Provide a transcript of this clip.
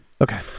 Okay